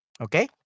Okay